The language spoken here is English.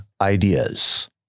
ideas